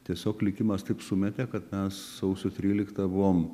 tiesiog likimas taip sumetė kad mes sausio tryliktą buvom